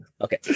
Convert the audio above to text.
Okay